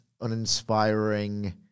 uninspiring